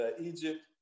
Egypt